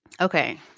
Okay